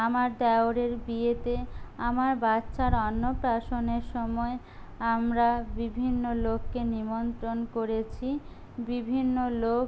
আমার দেওরের বিয়েতে আমার বাচ্চার অন্নপ্রাশনের সময় আমরা বিভিন্ন লোককে নিমন্ত্রণ করেছি বিভিন্ন লোক